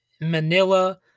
Manila